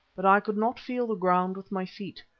but i could not feel the ground with my feet.